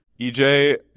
EJ